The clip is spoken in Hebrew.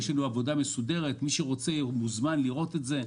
יש לנו עבודה מסודרת ומי שרוצה מוזמן לראות את זה.